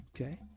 Okay